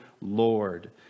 Lord